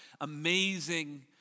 amazing